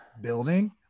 building